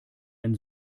ein